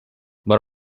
but